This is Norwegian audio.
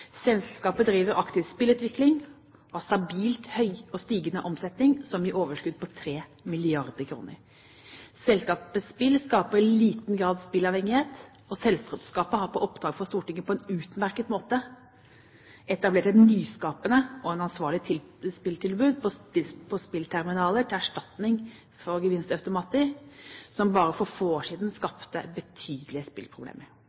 Selskapet driver aktiv spillutvikling og har stabilt høy og stigende omsetning som gir overskudd på 3 mrd. kr. Selskapets spill skaper i liten grad spilleavhengighet, og selskapet har på oppdrag fra Stortinget på en utmerket måte etablert et nyskapende og ansvarlig spilltilbud på spillterminaler til erstatning for gevinstautomatene som bare for få år siden skapte betydelige spillproblemer.